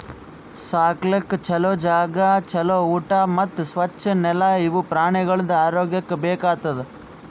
ಸಾಕ್ಲುಕ್ ಛಲೋ ಜಾಗ, ಛಲೋ ಊಟಾ ಮತ್ತ್ ಸ್ವಚ್ ನೆಲ ಇವು ಪ್ರಾಣಿಗೊಳ್ದು ಆರೋಗ್ಯಕ್ಕ ಬೇಕ್ ಆತುದ್